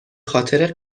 خاطر